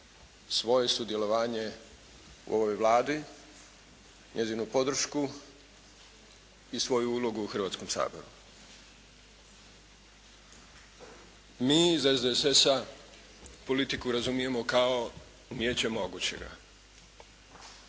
svoje sudjelovanje u ovoj Vladi, njezinu podršku i svoju ulogu u Hrvatskom saboru. Mi iz SDSS-a politiku razumijemo kao umijeće mogućega.